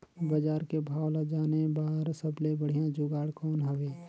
बजार के भाव ला जाने बार सबले बढ़िया जुगाड़ कौन हवय?